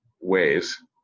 ways